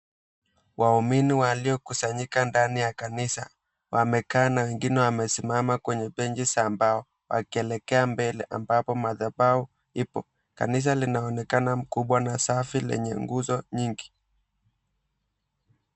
Waumini waliokusanyika ndani ya kanisa wamekaa na wengine wamesimama kwenye benchi za mbao, wakielekea mbele ambapo madhabahu ipo. Kanisa linaonekana kubwa na safi lenye nguzo nyingi.